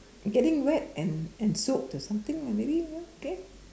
getting wet and and soaked ah something maybe ya okay